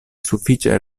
sufiĉe